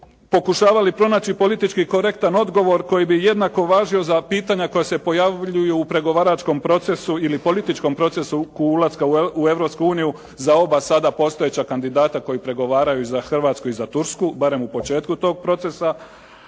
pokušavali pronaći politički korektan odgovor koji bi jednako važio za pitanja koja se pojavljuju u pregovaračkom procesu ili političkom procesu oko ulaska u Europsku uniju za oba sada postojeća kandidata koji pregovaraju za Hrvatsku i za Tursku barem u početku tog procesa.